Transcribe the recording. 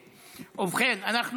היושב-ראש, אנחנו